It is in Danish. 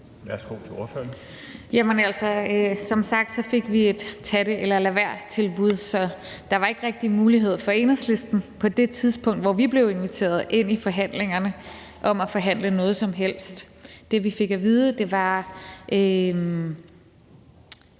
Rosa Lund (EL): Jamen som sagt fik vi et tag det eller lad være-tilbud, så der var ikke rigtig mulighed for Enhedslisten på det tidspunkt, hvor vi blev inviteret ind i forhandlingerne, for at forhandle noget som helst. Det, vi fik at vide noget om,